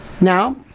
Now